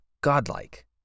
godlike